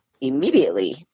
immediately